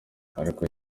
ariko